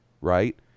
right